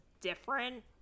different